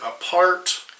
apart